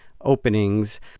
openings